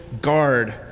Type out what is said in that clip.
guard